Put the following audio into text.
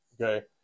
Okay